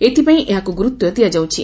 ଏଥପାଇଁ ଏହାକୁ ଗୁରୁତ୍ ଦିଆଯାଉଛି